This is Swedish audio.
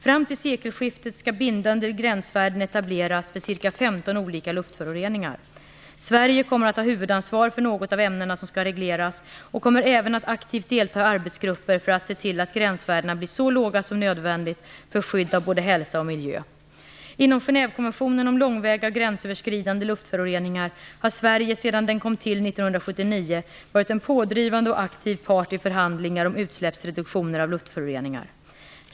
Fram till sekelskiftet skall bindande gränsvärden etableras för ca 15 olika luftföroreningar. Sverige kommer att ha huvudansvar för något av ämnena som skall regleras och kommer även att aktivt delta i arbetsgrupper för att se till att gränsvärdena blir så låga som nödvändigt för skydd av både hälsa och miljö. Inom Genévekonventionen om långväga gränsöverskridande luftföroreningar har Sverige sedan den kom till 1979 varit en pådrivande och aktiv part i förhandlingar om utsläppsreduktioner av luftföroreningar.